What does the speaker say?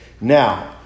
Now